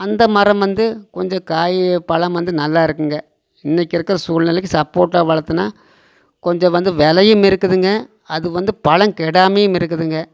அந்த மரம் வந்து கொஞ்சம் காய் பழம் வந்து நல்லாருக்குங்க இன்றைக்கி இருக்கிற சூழ்நிலைக்கு சப்போட்டா வளர்த்துனா கொஞ்சம் வந்து விலையும் இருக்குதுங்க அது வந்து பழம் கெடாமையும் இருக்குதுங்க